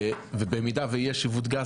ובמידה ויש עיוות גס,